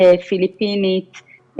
לפיליפינית,